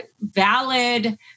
valid